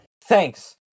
Thanks